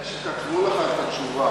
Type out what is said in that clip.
אלה שכתבו לך את התשובה,